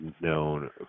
known